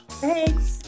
Thanks